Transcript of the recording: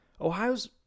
ohio's